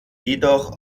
jedoch